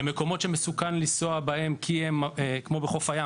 למקומות שמסוכן לנסוע בהם כמו בחוף הים